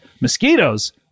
Mosquitoes